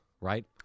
right